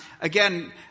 again